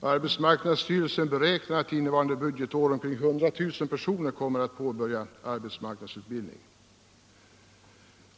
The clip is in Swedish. Arbetsmarknadsstyrelsen beräknar att omkring 100 000 personer innevarande budgetår kommer att påbörja arbetsmarknadsutbildning.